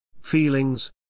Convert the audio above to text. Feelings